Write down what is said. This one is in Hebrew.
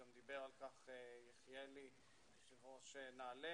גם דיבר על כך יחיאלי יושב ראש נעל"ה,